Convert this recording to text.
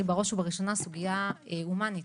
היא בראש ובראשונה סוגייה הומנית,